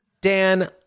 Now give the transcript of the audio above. dan